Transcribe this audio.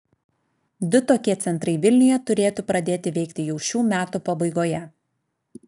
du tokie centrai vilniuje turėtų pradėti veikti jau šių metų pabaigoje